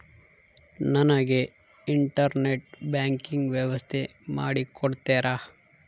ನನಗೆ internet banking ವ್ಯವಸ್ಥೆ ಮಾಡಿ ಕೊಡ್ತೇರಾ?